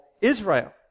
Israel